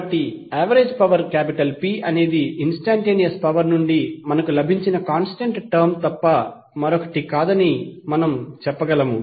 కాబట్టి average power P అనేది instantaneous power నుండి మనకు లభించిన కాంస్టెంట్ టర్మ్ తప్ప మరొకటి కాదని మనం చెప్పగలం